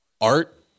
Art